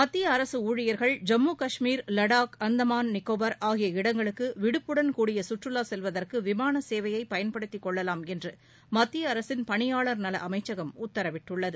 மத்திய அரசு ஊழியர்கள் ஜம்மு காஷ்மீர் வடாக் அந்தமான் நிக்கோபார் ஆகிய இடங்களுக்கு விடுப்புடன் கூடிய சுற்றுலா செல்வதற்கு விமாள சேவையைப் பயன்படுத்திக் கொள்ளலாம் என்று மத்திய அரசின் பணியாளர் நல அமைச்சகம் உத்தரவிட்டுள்ளது